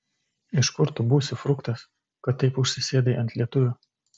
ir iš kur tu būsi fruktas kad taip užsisėdai ant lietuvių